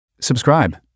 Subscribe